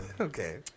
Okay